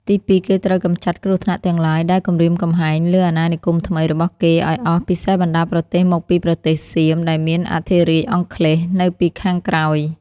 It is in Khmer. ទី២ គេត្រូវកម្ចាត់គ្រោះថ្នាក់ទាំងឡាយដែលគំរាមកំហែង លើអាណានិគមថ្មី របស់គេឱ្យអស់ពិសេសបណ្តាប្រទេសមកពីប្រទេសសៀមដែលមានអធិរាជអង់គ្លេសនៅពី ខាងក្រោយ។